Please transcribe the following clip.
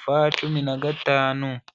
f cumi na gatanu.